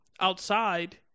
outside